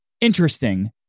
Interesting